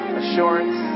assurance